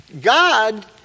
God